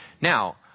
Now